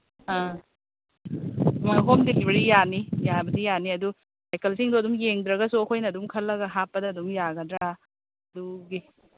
ꯑꯥ ꯍꯣꯏ ꯍꯣꯝ ꯗꯤꯂꯤꯚꯔꯤ ꯌꯥꯅꯤ ꯌꯥꯕꯗꯤ ꯌꯥꯅꯤ ꯑꯗꯨ ꯁꯥꯏꯀꯜꯁꯤꯡꯗꯣ ꯑꯗꯨꯝ ꯌꯦꯡꯗ꯭ꯔꯒꯁꯨ ꯑꯩꯈꯣꯏꯅ ꯑꯗꯨꯝ ꯈꯜꯂꯒ ꯍꯥꯞꯄꯗ ꯑꯗꯨꯝ ꯌꯥꯒꯗ꯭ꯔꯥ ꯑꯗꯨꯒꯤ